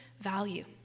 value